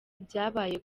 byabaye